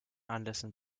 anlässen